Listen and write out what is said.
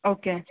okay